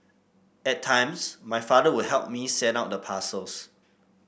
at times my father would help me send out the parcels